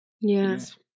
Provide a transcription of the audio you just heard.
yes